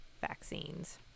vaccines